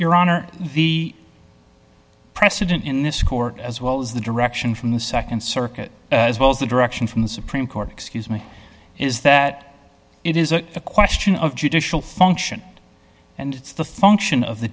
your honor the precedent in this court as well as the direction from the nd circuit as well as the direction from the supreme court excuse me is that it is a question of judicial function and it's the function of the